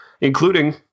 including